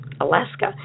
alaska